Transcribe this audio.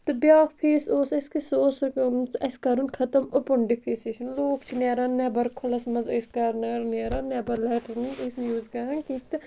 تہٕ بیاکھ فیس اوس اَسہِ کہِ سُہ اوس اَسہِ کَرُن ختم اوٚپُن ڈِفیسِشَن لوٗکھ چھِ نیران نیٚبَر کھُلَس منٛز ٲسۍ کَرنہٕ نیران نیٚبَر لیٹریٖن ٲسۍ نہٕ یوٗز کَران کینٛہہ تہٕ